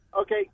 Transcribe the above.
Okay